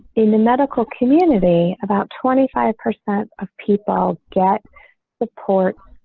in the medical community about twenty five percent of people get support.